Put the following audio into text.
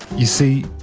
you see,